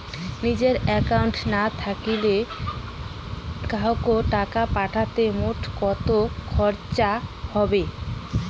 নিজের একাউন্ট না থাকিলে কাহকো টাকা পাঠাইতে মোর কতো খরচা হবে?